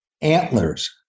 Antlers